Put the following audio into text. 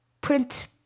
print